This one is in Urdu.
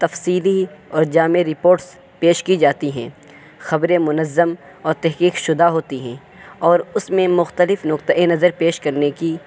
تفصیلی اور جامع رپوٹس پیش کی جاتی ہیں خبریں منظم اور تحقیق شدہ ہوتی ہیں اور اس میں مختلف نقطہ نظر پیش کرنے کی